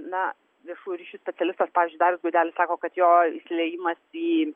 na viešųjų ryšių specialistas pavyzdžiui darius gudelis sako kad jo įsiliejimas į